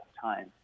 time